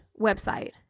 website